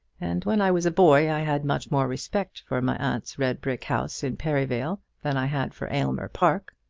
and when i was a boy i had much more respect for my aunt's red-brick house in perivale than i had for aylmer park.